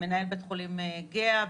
מנהל בית חולים גהה,